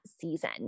season